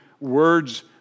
words